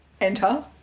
Enter